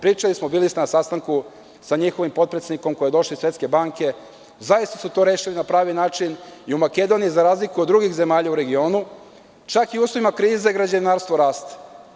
Pričali smo, bili ste na sastanku sa njihovim potpredsednikom koji je došao iz Svetske banke, zaista su to rešili na pravi način i u Makedoniji za razliku od drugih zemalja u regionu, čak i u uslovima krize građevinarstvo raste.